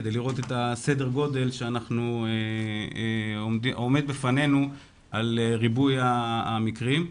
כדי לראות את סדר הגודל העומד בפנינו וריבוי המקרים.